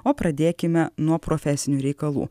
o pradėkime nuo profesinių reikalų